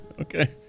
Okay